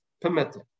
permitted